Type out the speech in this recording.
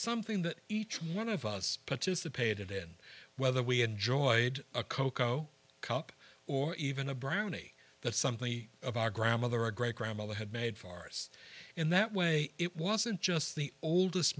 something that each one of us participated in whether we enjoyed a cocoa cup or even a brownie that something of our grandmother or great grandmother had made farce in that way it wasn't just the oldest